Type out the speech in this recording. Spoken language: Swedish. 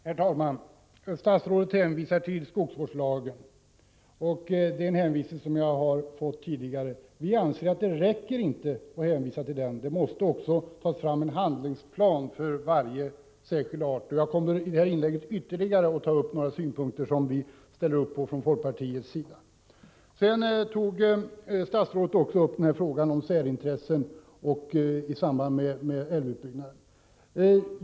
Herr talman! Statsrådet hänvisar till skogsvårdslagen, men det beskedet har jag fått tidigare också. Vi anser att det inte räcker med den hänvisningen utan man måste också ta fram en handlingsplan för varje särskild art. I det här inlägget kommer jag att nämna ytterligare några synpunkter som vi i folkpartiet ställt oss bakom. Vidare tog statsrådet upp frågan om särintressen i samband med älvutbyggnaden.